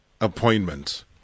appointment